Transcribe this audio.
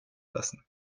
lassen